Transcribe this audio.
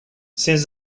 since